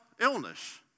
illness